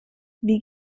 wie